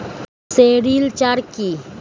Sericulture কি?